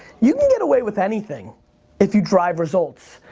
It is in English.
you can get away with anything if you drive results.